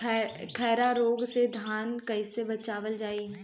खैरा रोग से धान कईसे बचावल जाई?